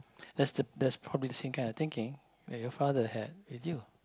that's the that's probably the same kind of thinking that your father had with you